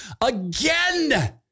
again